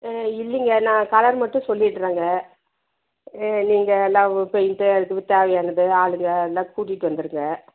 இல்லைங்க நான் கலர் மட்டும் சொல்லிடுறேங்க ஆ நீங்கள் எல்லா பெயிண்டு அதுக்கு தேவையானது ஆளுங்கள் எல்லாம் கூட்டிகிட்டு வந்துடுங்க